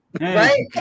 Right